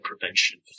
prevention